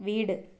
വീട്